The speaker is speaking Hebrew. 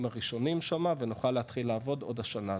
הראשונים שמה ונוכל להתחיל לעבוד עוד השנה,